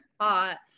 hot